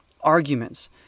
arguments